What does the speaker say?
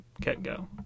get-go